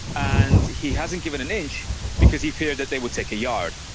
and he hasn't given an inch because he feared that they would take a yard.